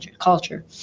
culture